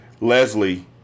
Leslie